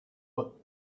but